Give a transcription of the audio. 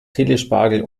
telespagel